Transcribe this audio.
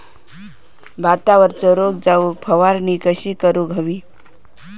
भातावरचो रोग जाऊक फवारणी कशी करूक हवी?